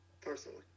personally